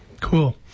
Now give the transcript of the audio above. Cool